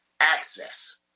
access